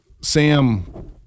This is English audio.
Sam